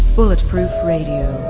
bulletproof radio.